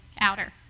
outer